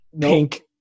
Pink